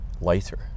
lighter